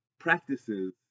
Practices